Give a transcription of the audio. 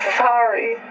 sorry